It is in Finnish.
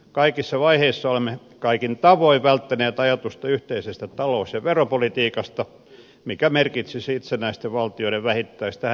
kaikissa vaiheissa olemme kaikin tavoin välttäneet ajatusta yhteisestä talous ja veropolitiikasta mikä merkitsisi itsenäisten valtioiden vähittäistä hävittämistä